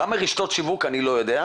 כמה רשתות שיווק יש, אני לא יודע.